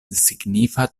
signifa